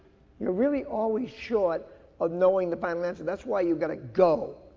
you're really always short of knowing the final answer that's why you gotta go.